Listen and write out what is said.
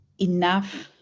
enough